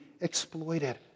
exploited